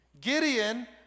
Gideon